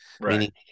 Right